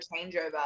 changeover